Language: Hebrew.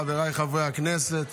חבריי חברי הכנסת,